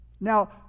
Now